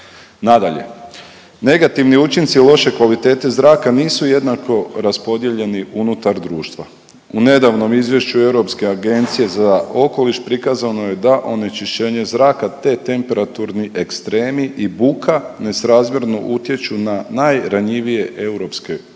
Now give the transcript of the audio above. Nadalje, negativni učinci loše kvalitete zraka nisu jednako raspodijeljeni unutar društva. U nedavnom izvješću i Europske agencije za okoliš prikazano je da onečišćenje zraka, te temperaturni ekstremi i buka nesrazmjerno utječu na najranjivije europske građane